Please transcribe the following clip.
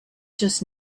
just